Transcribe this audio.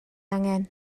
angen